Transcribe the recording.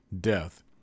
death